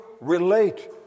relate